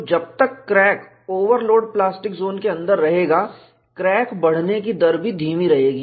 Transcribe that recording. तो जब तक क्रैक ओवरलोड प्लास्टिक जोन के अंदर रहेगा क्रैक बढ़ने की दर भी धीमी रहेगी